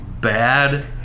bad